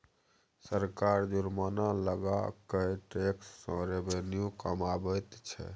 सरकार जुर्माना लगा कय टैक्स सँ रेवेन्यू कमाबैत छै